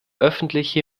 öffentliche